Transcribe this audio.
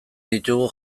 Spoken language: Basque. ditugu